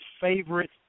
favorite